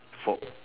for